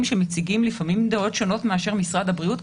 שמציגים לפעמים דעות שונות מאשר משרד הבריאות,